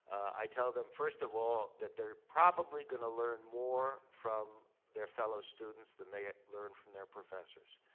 i tell them, first of all, that they're probably gonna learn more from their fellow students than they ah learn from their professors.